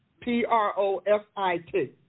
P-R-O-F-I-T